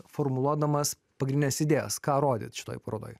formuluodamas pagrindines idėjas ką rodyt šitoj parodoj